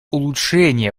улучшение